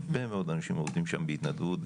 הרבה מאוד אנשים עובדים שם בהתנדבות,